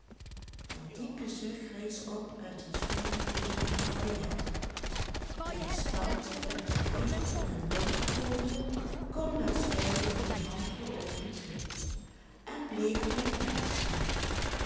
een diepe zucht rees op uit den schoonen boezem van henriette de gestalte uit het licht in den donker komende kon waarschijnlijk geen hand voor oogen zien en bleef in de deur staan